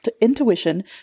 intuition